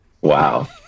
wow